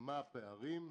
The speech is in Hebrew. מה הפערים,